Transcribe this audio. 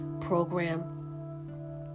program